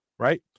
Right